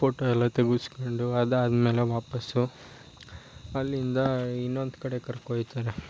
photo ಎಲ್ಲ ತೆಗೆಸ್ಕೊಂಡು ಅದಾದ್ಮೇಲೆ ವಾಪಸ್ಸು ಅಲ್ಲಿಂದ ಇನ್ನೊಂದು ಕಡೆ ಕರ್ಕೊ ಹೋಗ್ತಾರೆ